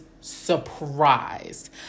surprised